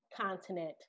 continent